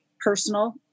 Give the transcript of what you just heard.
personal